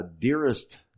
dearest